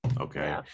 okay